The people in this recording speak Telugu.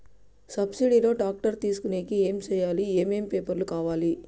సబ్సిడి లో టాక్టర్ తీసుకొనేకి ఏమి చేయాలి? ఏమేమి పేపర్లు కావాలి?